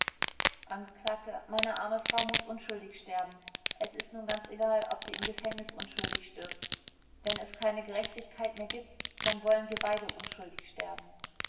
angekl meine arme frau muß unschuldig sterben es ist nun ganz egal ob sie im gefängnis unschuldig stirbt wenn es keine gerechtigkeit mehr gibt dann wollen wir beide unschuldig sterben